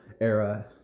era